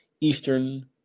Eastern